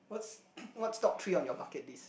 what's what top three on your bucket list